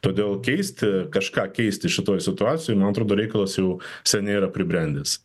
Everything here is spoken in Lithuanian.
todėl keisti kažką keisti šitoj situacijoj man atrodo reikalas jau seniai yra pribrendęs